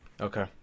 Okay